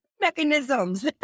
mechanisms